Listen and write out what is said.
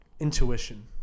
Intuition